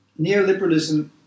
neoliberalism